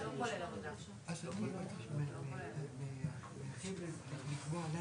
בוקר טוב, אני מתכבדת לפתוח את